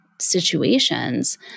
situations